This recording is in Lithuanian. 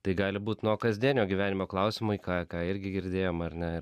tai gali būt nuo kasdienio gyvenimo klausimai ką ką irgi girdėjom ar ne